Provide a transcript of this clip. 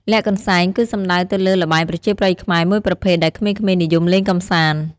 លាក់កន្សែង គឺសំដៅទៅលើល្បែងប្រជាប្រិយខ្មែរមួយប្រភេទដែលក្មេងៗនិយមលេងកម្សាន្ត ។